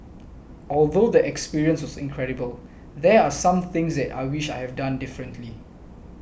although the experience was incredible there are some things that I wish I have done differently